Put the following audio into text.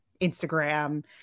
Instagram